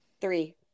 Three